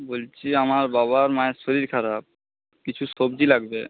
বলছি আমার বাবার মায়ের শরীর খারাপ কিছু সবজি লাগবে